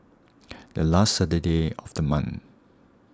the last Saturday of the month